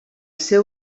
seu